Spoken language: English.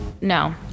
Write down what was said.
no